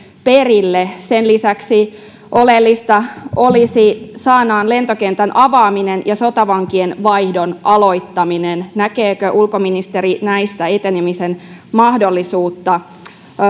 perille sen lisäksi oleellista olisi sanaan lentokentän avaaminen ja sotavankien vaihdon aloittaminen näkeekö ulkoministeri näissä etenemisen mahdollisuutta